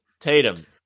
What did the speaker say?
Tatum